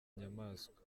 nyamaswa